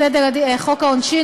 חוק העונשין,